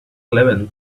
eleven